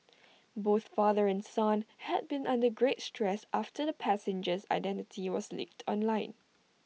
both father and son have been under great stress after the passenger's identity was leaked online